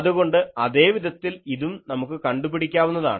അതുകൊണ്ട് അതേ വിധത്തിൽ ഇതും നമുക്ക് കണ്ടുപിടിക്കാവുന്നതാണ്